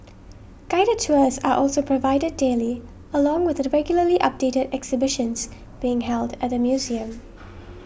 guided tours are also provided daily along with the regularly updated exhibitions being held at the museum